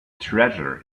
treasure